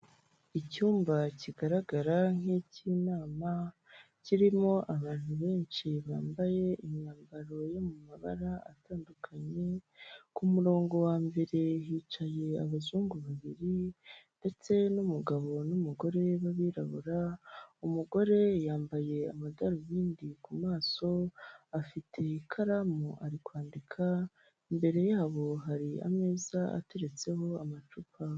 Icyumba kigaragara nk'icy'inama kirimo abantu benshi bambaye imyambaro yo mu mabara atandukanye, ku murongo wa mbere hicaye abazungu babiri ndetse n'umugabo n'umugore b'abirabura, umugore yambaye amadarubindi ku maso afite ikaramu ari kwandika imbere yabo hari ameza ateretseho amacupa.